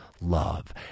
love